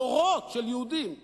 דורות של יהודים בגולה,